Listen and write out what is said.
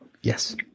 Yes